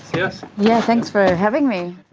yeah yeah thanks for having me.